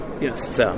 Yes